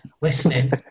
listening